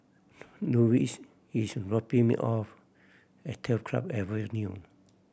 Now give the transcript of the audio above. Lexis is dropping me off at Turf Club Avenue